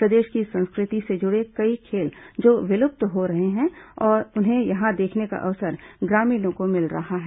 प्रदेश की संस्कृति से जुड़े कई खेल जो विलुप्ति हो रहे हैं उन्हें यहां देखने का अवसर ग्रामीणों को मिल रहा है